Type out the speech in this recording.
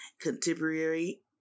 contemporary